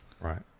Right